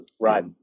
Right